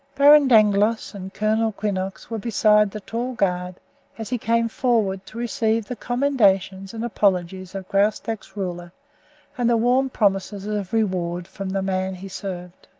baron dangloss and colonel quinnox were beside the tall guard as he came forward to receive the commendations and apologies of graustark's ruler and the warm promises of reward from the man he served.